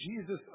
Jesus